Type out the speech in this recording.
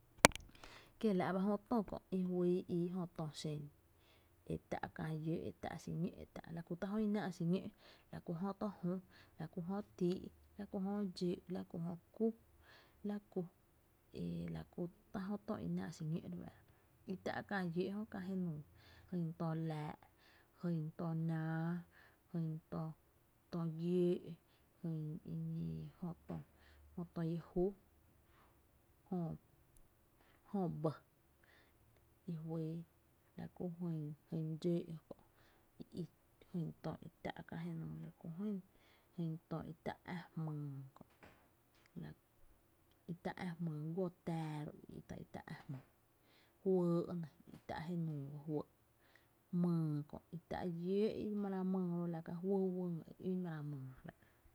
Kiela’ ba jö tö kö’ i juii ii jö tö xen, e tá’ kä lló’ e tá’ xoñó’ e tá’, la ku tá’ jö i náá’ xiñó’, la ku jö tö jü, la ku jö tíi’, la ku jö dxóó’, la ku jö kú, e la ku tá’ jö tö i náá’ xiñó’ re fáá’ra, i tá’ kä llóó’ jö, kä je nuu, jyn tö laa’ jyn tö náaá, jyn tö gióo’, jyn jö tö i jú, jyn jö bɇ, la ku jyn dxóó’’ kö la ku jyn tö i tá’ ka je nuu, la ku jyn tö i tá’ ä’ jmyy kö’ la ku guó’ tää i tá’ ä’ jmyy, fɇɇ’ ‘nɇ i tá’ jenuu ba fɇɇ’, myy kö i tá’ llóó’, mara mýy a la ro ka juy wÿy jé ün maraa myy.